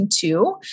two